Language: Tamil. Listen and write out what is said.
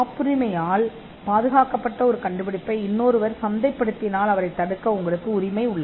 காப்புரிமையால் மூடப்பட்ட ஒரு கண்டுபிடிப்பை வேறு யாராவது சந்தைப்படுத்தினால் அந்த நபரைத் தடுக்க உங்களுக்கு உரிமை உண்டு